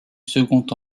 second